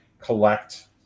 collect